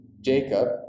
Jacob